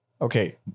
okay